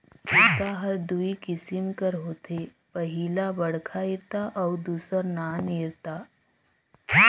इरता हर दूई किसिम कर होथे पहिला बड़खा इरता अउ दूसर नान इरता